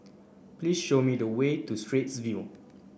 please show me the way to Straits View